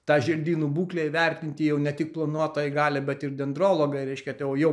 tą želdynų būklę įvertinti jau ne tik planuotojai gali bet ir dendrologai reiškia tai jau jau